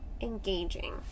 engaging